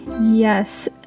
Yes